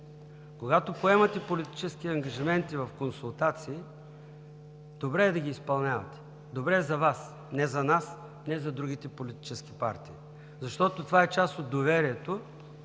когато поемате политически ангажименти в консултации, добре е да ги изпълнявате. Добре е за Вас! Не за нас, не за другите политически партии. Защото това е част от доверието,